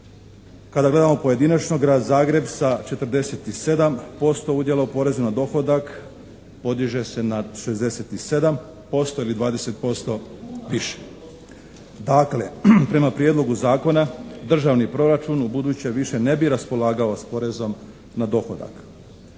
Kada gledamo pojedinačno Grad Zagreb sa 47% udjela u porezu na dohodak podiže se na 67% ili 20% više. Dakle prema Prijedlogu zakona Državni proračun ubuduće više ne bi raspolagao s porezom na dohodak.